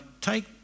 take